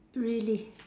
really